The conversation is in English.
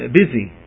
busy